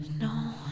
No